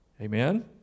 amen